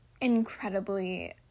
incredibly